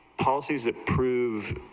policies approve